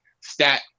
stat